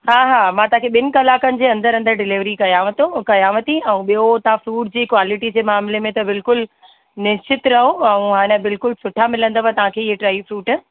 हा हा मां तव्हांखे ॿिनि कलाकनि जे अंदरि अंदरि डिलीवरी कयांव थो कयांवती ऐं ॿियो तव्हां फ्रूट जी क़्वालिटी जे मामिले में त बिलकुल निश्चिंतु रहो ऐं आन बिलकुल सुठा मिलंदव तव्हांखे इए टेई फ्रूट